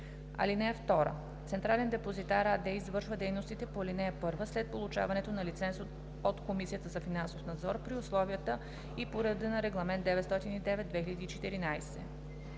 (2) „Централен депозитар“ АД извършва дейностите по ал. 1 след получаването на лиценз от Комисията за финансов надзор при условията и по реда на Регламент (ЕС) № 909/2014.